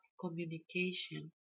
communication